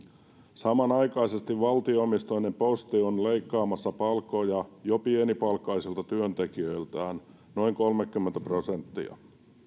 samanaikaisesti valtio omisteinen posti on jo leikkaamassa palkkoja pienipalkkaisilta työntekijöiltään noin kolmekymmentä prosenttia